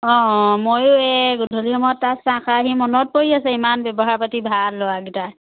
অঁ ময়ো এই গধুলি সময়ত তাত চাহ খাই আহি মনত পৰি আছে ইমান ব্যৱহাৰ পাতি ভাল ল'ৰাকেইটাৰ